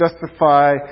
justify